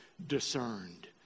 Discerned